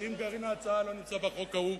אם גרעין ההצעה לא נמצא בחוק ההוא,